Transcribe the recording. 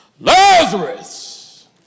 Lazarus